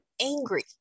angry